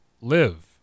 live